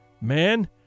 Man